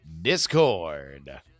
discord